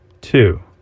two